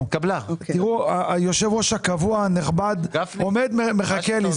תראו, יושב הראש הקבוע הנכבד עומד, מחכה לי.